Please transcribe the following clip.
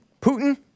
Putin